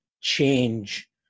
change